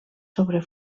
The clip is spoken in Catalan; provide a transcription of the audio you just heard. sobre